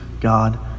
God